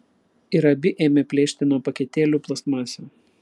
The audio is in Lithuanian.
ir abi ėmė plėšti nuo paketėlių plastmasę